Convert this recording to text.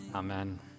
amen